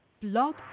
Blog